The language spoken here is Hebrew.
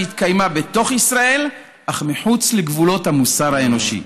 שהתקיימה בתוך ישראל אך מחוץ לגבולות המוסר האנושי.